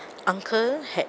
uncle had